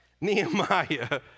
Nehemiah